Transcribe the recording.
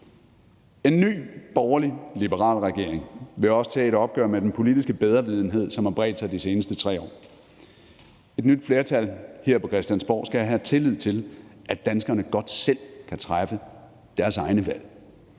En ny borgerlig-liberal regering vil også tage et opgør med den politiske bedrevidenhed, som har bredt sig i de seneste 3 år. Et nyt flertal her på Christiansborg skal have tillid til, at danskerne godt selv kan træffe deres egne valg.